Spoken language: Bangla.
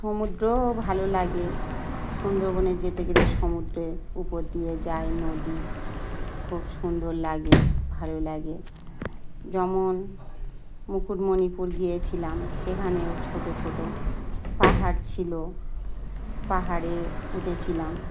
সমুদ্রও ভালো লাগে সুন্দরবনে যেতে গেলে সমুদ্রের উপর দিয়ে যায় নদী খুব সুন্দর লাগে ভালো লাগে যেমন মুকুটমণিপুর গিয়েছিলাম সেখানেও ছোটো ছোটো পাহাড় ছিলো পাহাড়ে উঠেছিলাম